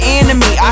enemy